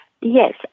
Yes